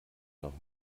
noch